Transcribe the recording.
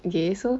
okay so